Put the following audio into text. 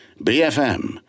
BFM